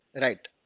Right